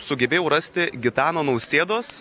sugebėjau rasti gitano nausėdos